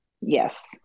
Yes